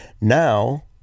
Now